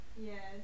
Yes